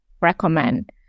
recommend